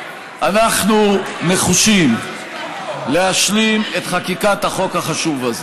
אנחנו נחושים להשלים את חקיקת החוק החשוב הזה.